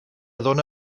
dóna